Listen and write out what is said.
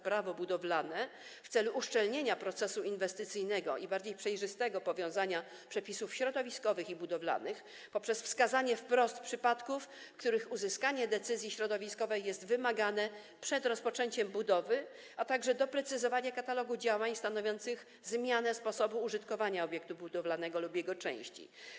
Prawo budowlane w celu uszczelnienia procesu inwestycyjnego i bardziej przejrzystego powiązania przepisów środowiskowych i budowlanych poprzez wskazanie wprost przypadków, w których uzyskanie decyzji środowiskowej jest wymagane przed rozpoczęciem budowy, a także doprecyzowanie katalogu działań stanowiących zmianę sposobu użytkowania obiektu budowlanego lub jego części.